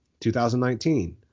2019